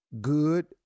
good